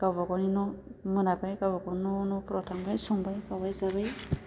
गावबा गावनि न' मोनाबाय गावबा गावनि न' न'फोराव थांबाय संबाय खावबाय जाबाय